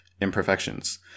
imperfections